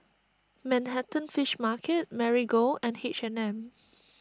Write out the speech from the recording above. Manhattan Fish Market Marigold and H and M